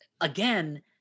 again